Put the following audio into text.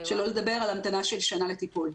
שלא לדבר על המתנה של שנה לטיפול.